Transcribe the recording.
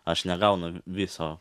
aš negaunu vi viso